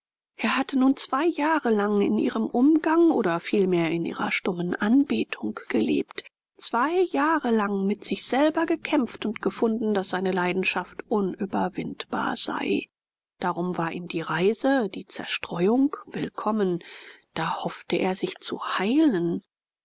er hatte nun zwei jahre lang in ihrem umgang oder vielmehr in ihrer stummen anbetung gelebt zwei jahre lang mit sich selber gekämpft und gefunden daß seine leidenschaft unüberwindbar sei darum war ihm die reise die zerstreuung willkommen da hoffte er sich zu heilen